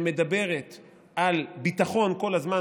שמדברת על ביטחון כל הזמן,